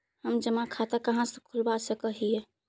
हम जमा खाता कहाँ खुलवा सक ही?